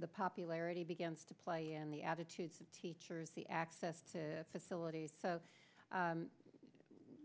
the popularity begins to play in the attitudes of teachers the access to facilities so